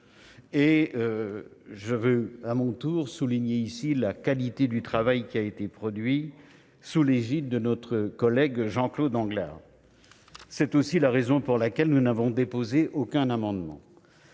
Je tiens à mon tour à saluer la qualité du travail produit sous l'égide de notre collègue Jean-Claude Anglars. C'est aussi la raison pour laquelle nous n'avons déposé aucun amendement.